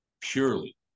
purely